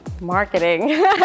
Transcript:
marketing